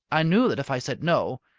i knew that if i said no,